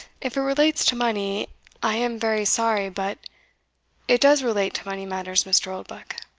if it relates to money i am very sorry, but it does relate to money matters, mr. oldbuck.